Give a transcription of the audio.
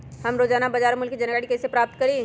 हम रोजाना बाजार मूल्य के जानकारी कईसे पता करी?